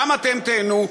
גם אתם תיהנו,